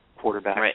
quarterback